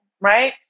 right